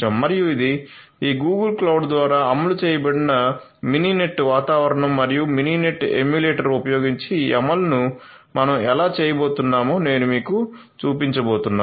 మరియు ఇది ఈ గూగుల్ క్లౌడ్ ద్వారా అమలు చేయబడిన మినెట్ వాతావరణం మరియు మినినెట్ ఎమ్యులేటర్ ఉపయోగించి ఈ అమలును మేము ఎలా చేయబోతున్నామో నేను మీకు చూపించబోతున్నాను